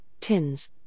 tins